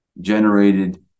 generated